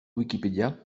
wikipedia